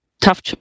Tough